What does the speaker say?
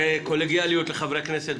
יש לי קולגיאליות לחברי כנסת,